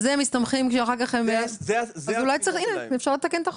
הנה, אפשר לתקן את החוק.